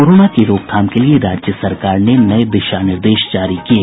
corona की रोकथाम के लिए राज्य सरकार ने नये दिशा निर्देश जारी किये